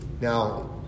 Now